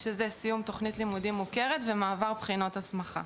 שזה סיום תכנית לימודים מוכרת ומעבר בחינות הסמכה.